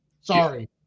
Sorry